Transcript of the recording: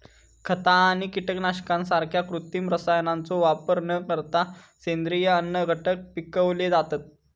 खता आणि कीटकनाशकांसारख्या कृत्रिम रसायनांचो वापर न करता सेंद्रिय अन्नघटक पिकवले जातत